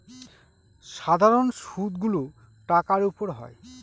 সাধারন সুদ গুলো টাকার উপর হয়